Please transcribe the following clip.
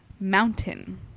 Mountain